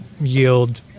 yield